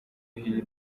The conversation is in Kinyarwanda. hino